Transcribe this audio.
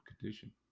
condition